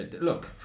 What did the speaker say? Look